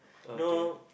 no